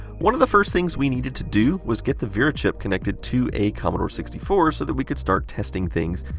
one of the first things we needed to do was get the vera chip connected to a commodore sixty four so that we could start testing things.